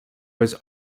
was